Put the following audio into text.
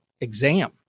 exam